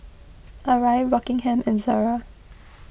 Arai Rockingham and Zara